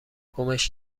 گمش